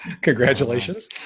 Congratulations